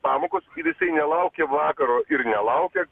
pamokos ir jisai nelaukia vakaro ir nelaukia